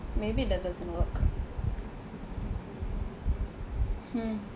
maybe that doesn't work hmm